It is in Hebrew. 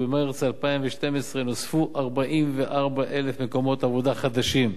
וממרס 2012 נוספו 44,000 מקומות עבודה חדשים.